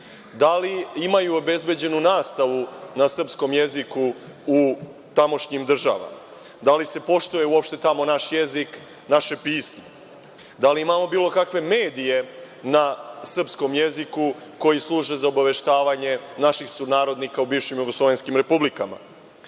Da li imaju obezbeđenu nastavu na srpskom jeziku u tamošnjim državama? Da li se poštuje uopšte tamo naš jezik, naše pismo? Da li imamo bilo kakve medije na srpskom jeziku koji služe za obaveštavanje naših sunarodnika u bivšim jugoslovenskim republikama?